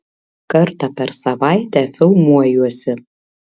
kartą per savaitę filmuojuosi